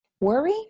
worry